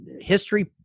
history